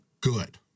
good